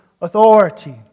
authority